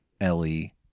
Ellie